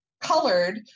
colored